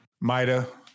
Mida